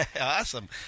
Awesome